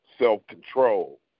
self-control